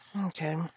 Okay